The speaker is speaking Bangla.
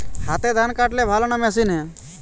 হাতে ধান কাটলে ভালো না মেশিনে?